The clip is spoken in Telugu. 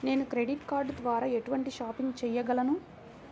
నేను క్రెడిట్ కార్డ్ ద్వార ఎటువంటి షాపింగ్ చెయ్యగలను?